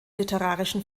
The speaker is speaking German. literarischen